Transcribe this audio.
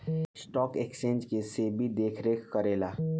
stock exchange के सेबी देखरेख करेला